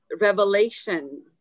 revelation